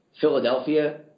Philadelphia